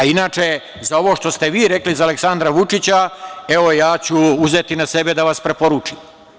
Inače, za ovo što ste vi rekli za Aleksandra Vučića, evo, ja ću uzeti na sebe da vas preporučim.